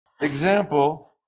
example